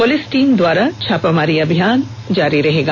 police team द्वारा छापामारी अभियान जारी रहेगा